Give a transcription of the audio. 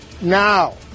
now